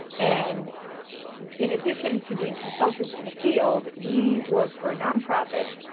and in addition to being consultants in the field, we've worked for non-profits,